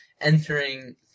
entering